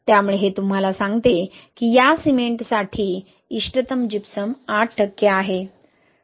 त्यामुळे हे तुम्हाला सांगते की या सिमेंटसाठी इष्टतम जिप्सम 8 टक्के आहे